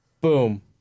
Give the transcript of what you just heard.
Boom